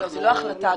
זו לא החלטה.